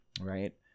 right